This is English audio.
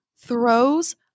throws